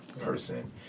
person